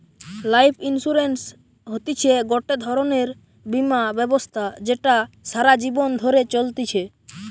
life insurance হতিছে গটে ধরণের বীমা ব্যবস্থা যেটা সারা জীবন ধরে চলতিছে